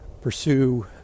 pursue